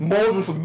Moses